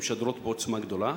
שמשדרות בעוצמה גדולה.